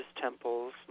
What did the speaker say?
temples